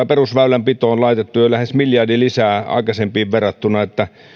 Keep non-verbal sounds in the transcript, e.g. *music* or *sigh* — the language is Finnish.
*unintelligible* perusväylänpitoon laittaneet jo lähes miljardin lisää aikaisempiin verrattuna että